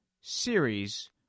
series